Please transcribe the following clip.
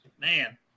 man